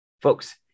Folks